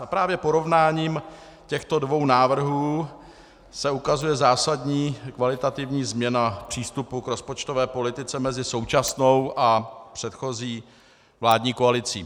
Právě porovnáním těchto dvou návrhů se ukazuje zásadní kvalitativní změna v přístupu k rozpočtové politice mezi současnou a předchozí vládní koalicí.